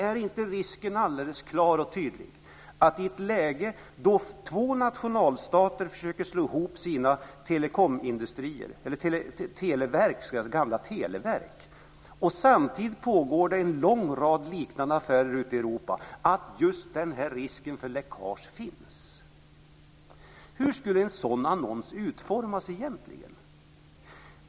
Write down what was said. Är det inte alldeles klart och tydligt, i ett läge då två nationalstater försöker slå ihop sina gamla televerk och det samtidigt pågår en lång rad liknande affärer ute i Europa, att just den här risken för läckage finns? Hur skulle en sådan annons utformas egentligen?